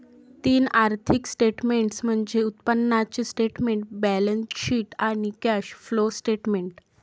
तीन आर्थिक स्टेटमेंट्स म्हणजे उत्पन्नाचे स्टेटमेंट, बॅलन्सशीट आणि कॅश फ्लो स्टेटमेंट